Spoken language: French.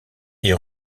est